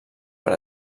per